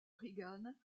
reagan